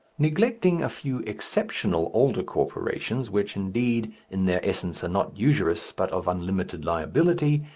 neglecting a few exceptional older corporations which, indeed, in their essence are not usurious, but of unlimited liability,